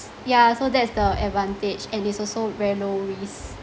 ya so that's the advantage and it's also very low risk